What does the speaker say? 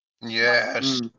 yes